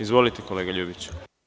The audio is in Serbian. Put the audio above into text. Izvolite, kolega Ljubiću.